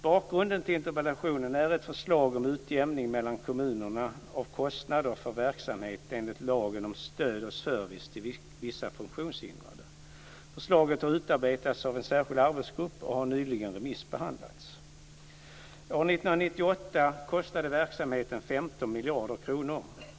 Bakgrunden till interpellationen är ett förslag om utjämning mellan kommuner av kostnader för verksamhet enligt lagen om stöd och service till vissa funktionshindrade, LSS. Förslaget har utarbetats av en särskild arbetsgrupp och har nyligen remissbehandlats. År 1998 kostade verksamheten 15 miljarder kronor.